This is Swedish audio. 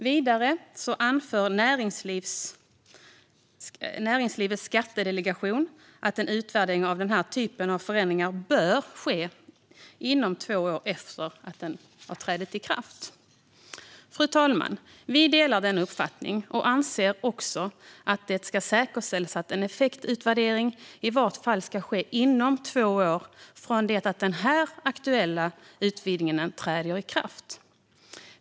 Vidare anför Näringslivets Skattedelegation att en utvärdering av förändringar som dessa bör ske inom två år ifrån ikraftträdandet. Fru talman! Vi delar denna uppfattning och anser också att det ska säkerställas att en effektutvärdering i varje fall sker inom två år från det att den aktuella utvidgningen träder i kraft.